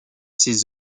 ses